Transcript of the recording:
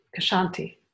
kashanti